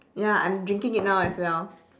ya I'm drinking it now as well